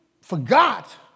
forgot